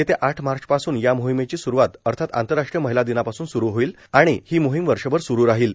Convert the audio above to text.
येत्या आठ मार्चपासून या मोहिमेची स्रुवात अर्थात आंतरराष्ट्रीय महिला दिनापासून स्रू होईल आणि ही मोहीम वर्षभर स्रू राहील